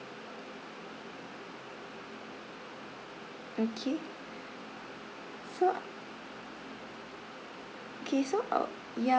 okay so okay so uh ya